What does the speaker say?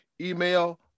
email